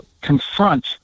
confront